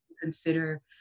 consider